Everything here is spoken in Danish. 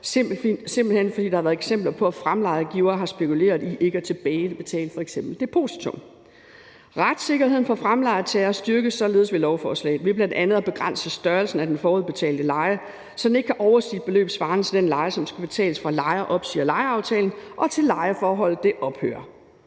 simpelt hen fordi der har været eksempler på, at fremlejegiver har spekuleret i ikke at tilbagebetale f.eks. depositum. Retssikkerheden for fremlejetager styrkes således med lovforslaget ved bl.a. at begrænse størrelsen af den forudbetalte leje, så den ikke kan overstige et beløb svarende til den leje, som skal betales, fra at lejer opsiger lejeaftalen, og til at lejeforholdet ophører.